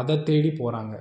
அதை தேடி போகிறாங்க